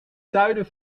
zuiden